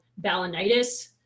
balanitis